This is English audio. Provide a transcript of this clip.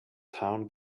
town